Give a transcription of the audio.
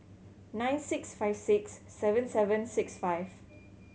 nine six five six seven seven six five